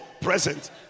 present